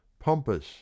pompous